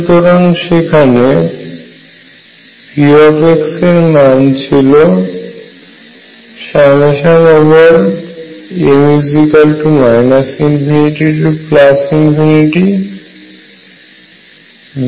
সুতরাং সেখান V এর মান ছিল m ∞Vδ